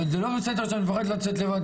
אבל זה לא בסדר שאני מפחד לצאת לבד,